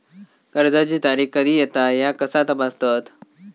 कर्जाची तारीख कधी येता ह्या कसा तपासतत?